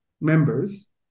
members